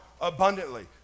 abundantly